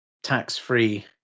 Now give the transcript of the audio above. tax-free